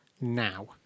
now